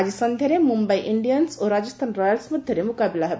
ଆଜି ସଂଧ୍ୟାରେ ମୁମ୍ଭାଇ ଇଣ୍ଡିଆନସ୍ ଓ ରାଜସ୍ତାନ୍ ରୟାଲସ୍ ମଧ୍ୟରେ ମୁକାବିଲା ହେବ